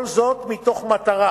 כל זאת במטרה